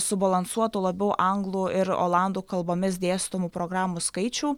subalansuotų labiau anglų ir olandų kalbomis dėstomų programų skaičių